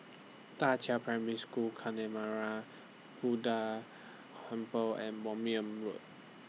DA Qiao Primary School Buddha Humble and Moulmein Road